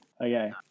Okay